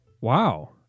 Wow